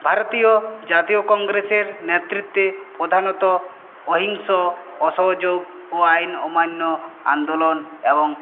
ভারতীয় জাতীয় কংগ্রেসের নেতৃত্বে প্রধানত অহিংস অসহযোগ ও আইন অমান্য আন্দোলন এবং